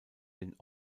den